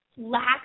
Lack